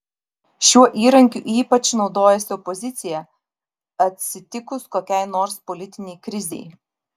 šiuo įrankiu ypač naudojasi opozicija atsitikus kokiai nors politinei krizei